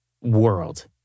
world